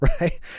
Right